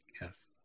Yes